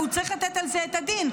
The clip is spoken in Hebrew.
והוא צריך לתת על זה את הדין.